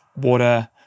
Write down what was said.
water